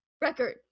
record